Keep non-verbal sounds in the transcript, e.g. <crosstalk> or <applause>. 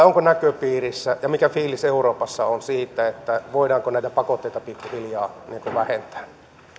<unintelligible> onko näköpiirissä ja mikä fiilis euroopassa on siitä voidaanko näitä pakotteita pikkuhiljaa vähentää